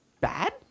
bad